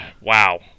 wow